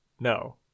no